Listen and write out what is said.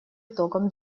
итогам